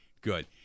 good